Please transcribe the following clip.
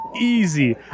Easy